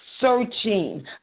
searching